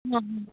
অঁ অঁ